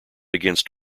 against